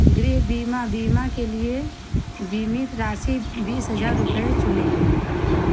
गृह बीमा बीमा के लिए बीमित राशि बीस हज़ार रुपये चुनें